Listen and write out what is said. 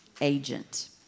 agent